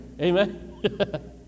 Amen